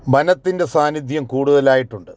വനത്തിൻ്റെ സാന്നിധ്യം കൂടുതലായിട്ടുണ്ട്